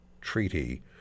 Treaty